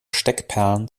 steckperlen